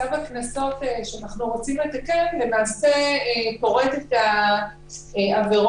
צו הקנסות שאנחנו רוצים לתקן פורט את העבירות